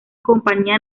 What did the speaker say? compañía